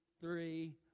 three